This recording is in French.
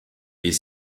est